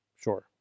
Sure